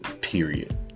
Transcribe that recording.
Period